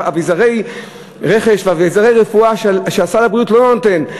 אביזרי רכש ואביזרי רפואה שסל הבריאות לא נותן.